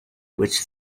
which